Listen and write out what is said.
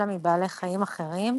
אלא מבעלי חיים אחרים,